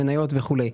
למניות וכולי.